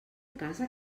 casa